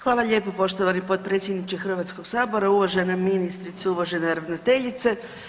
Hvala lijepo poštovani potpredsjedniče Hrvatskog sabora, uvažena ministrice, uvažena ravnateljice.